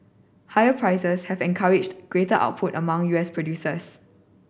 higher prices have encouraged greater output among U S producers